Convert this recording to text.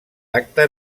acte